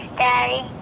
daddy